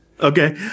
Okay